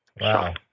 Wow